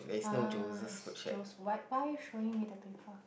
!ah! it's Joe's why why are you showing me the paper